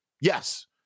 yes